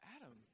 Adam